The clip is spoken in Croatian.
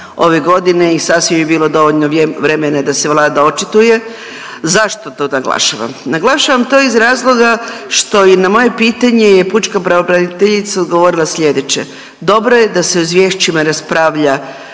ove godine i sasvim je bilo dovoljno vremena da se Vlada očituje. Zašto to naglašavam? Naglašavam to iz razloga što i na moje pitanje je pučka pravobraniteljica je odgovorila slijedeće, dobro je da se u izvješćima raspravlja